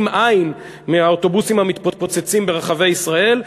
עין מהאוטובוסים המתפוצצים ברחבי ישראל.